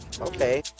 Okay